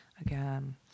again